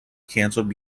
cancelled